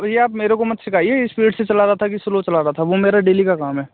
भैया आप मेरे को मत सिखाइए इस्पीड से चला रहा था कि स्लो चला रहा था वह मेरा डेली का काम है